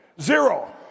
Zero